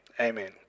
amen